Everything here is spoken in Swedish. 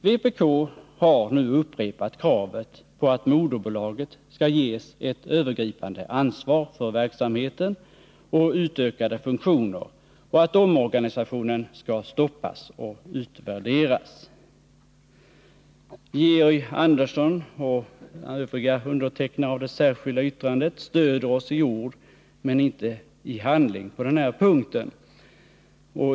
Vpk har nu upprepat kravet på att moderbolaget skall ges ett övergripande ansvar för verksamheten och utökade funktioner och att omorganisationen skall stoppas och utvärderas. Georg Andersson och övriga undertecknare av det särskilda yttrandet stöder oss i ord men inte i handling på den punkten.